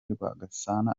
rwagasana